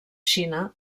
xina